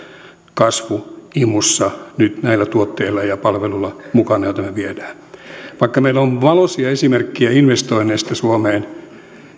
kasvuimussa mukana nyt näillä tuotteilla ja palveluilla joita me viemme vaikka meillä on valoisia esimerkkejä investoinneista suomeen